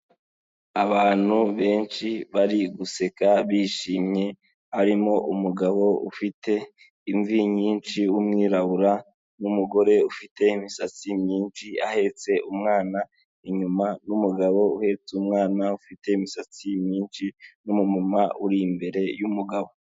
Abantu benshi bari guseka bishimye, harimo umugabo ufite imvi nyinshi w'umwirabura, n'umugore ufite imisatsi myinshi ahetse umwana, inyuma y'umugabo uhetse umwana ufite imisatsi myinshi n'umumama uri imbere y'umugabo.